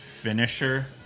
finisher